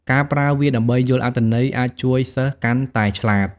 ការប្រើវាដើម្បីយល់អត្ថន័យអាចជួយសិស្សកាន់តែឆ្លាត។